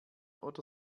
oder